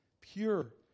pure